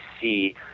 see